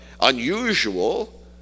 unusual